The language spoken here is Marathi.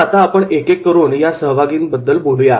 तर आता आपण एकेक करून या सहभागीबद्दल बोलूया